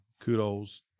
Kudos